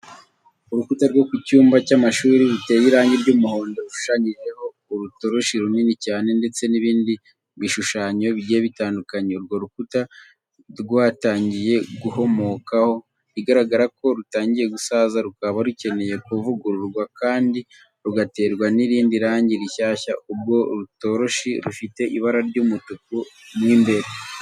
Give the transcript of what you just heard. Urukuta rwo ku cyumba cy'amashuri ruteye irangi ry'umuhondo rushushanyijeho urutoroshi runini cyane ndetse n'ibindi bishushanyo bigiye bitandukanye. Urwo rukuta rwatangiye guhomokaho, bigaragara ko rutangiye gusaza rukaba rukeneye kuvugururwa kandi rugaterwa n'irindi rangi rishyashya. Urwo rutoroshi rufite ibara ry'umutuku mo imbere.